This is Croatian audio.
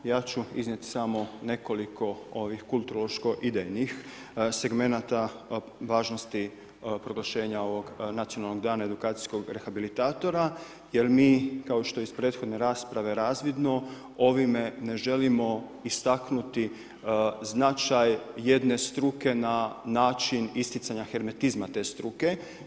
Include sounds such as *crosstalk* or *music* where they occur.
Ja ću iznijeti, nekoliko, ovih kulturološko … *unintelligible* segmenata važnosti proglašenja ovog nacionalnog dana edukacijskog rehabilitatora, jer mi kao što je iz prethodne rasprave razvidno, ovime ne želimo istaknuti značaj jedne struke na način isticanja hermetizma te struke.